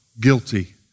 guilty